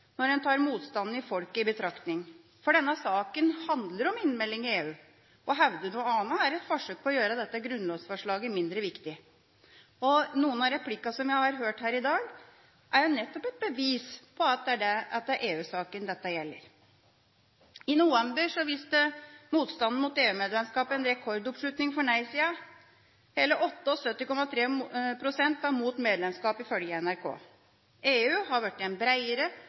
når en tar motstanden i folket i betraktning, for denne saken handler om innmelding i EU. Å hevde noe annet er et forsøk på å gjøre dette grunnlovsforslaget mindre viktig. Noen av replikkene jeg har hørt her i dag, er nettopp et bevis på at det er EU-saken dette gjelder. I november viste motstanden mot EU-medlemskap en rekordoppslutning, for nei-sida. Hele 78,3 pst. var mot medlemskap, ifølge NRK. EU har blitt en